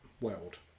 world